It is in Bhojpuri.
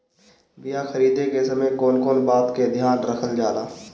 बीया खरीदे के समय कौन कौन बात के ध्यान रखल जाला?